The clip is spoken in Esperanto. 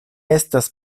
estas